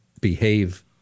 behave